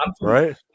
right